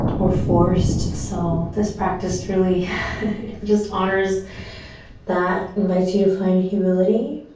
or forced. so this practice really just honors that, invites you to find humility